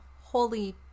holy